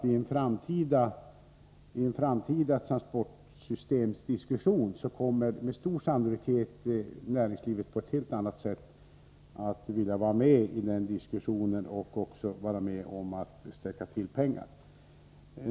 I framtiden kommer näringslivet med stor sannolikhet att på ett helt annat sätt än som nu är fallet att vilja delta i diskussionen. Man kommer säkert också att vilja vara med när det gäller att skjuta till pengar.